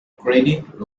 credit